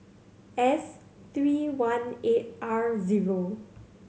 S three one eight R zero